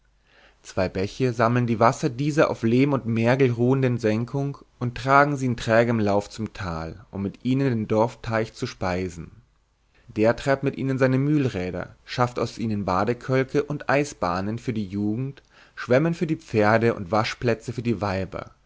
zwei bäche sammeln die wasser dieser auf lehm und mergel ruhenden senkung und tragen sie in trägem lauf zu tal um mit ihnen den dorfteich zu speisen der treibt mit ihnen seine mühlräder schafft aus ihnen badekölke und eisbahnen für die jugend schwemmen für die pferde und waschplätze für die weiber